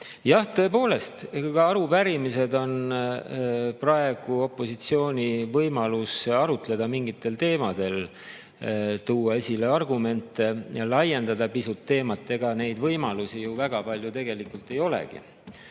Tõepoolest, arupärimised on praegu opositsiooni võimalus arutleda mingitel teemadel, tuua esile argumente, laiendada pisut teemat. Ega neid võimalusi ju väga palju tegelikult ei olegi,